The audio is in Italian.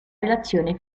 relazione